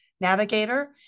navigator